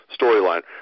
storyline